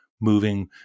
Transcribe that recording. moving